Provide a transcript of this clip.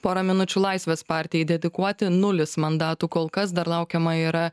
porą minučių laisvės partijai dedikuoti nulis mandatų kol kas dar laukiama yra